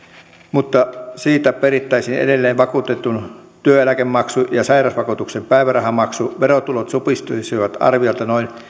mutta siitä perittäisiin edelleen vakuutetun työeläkemaksu ja sairausvakuutuksen päivärahamaksu verotulot supistuisivat arviolta noin